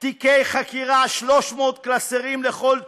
תיקי חקירה, 300 קלסרים לכל תיק,